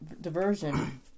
diversion